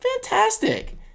fantastic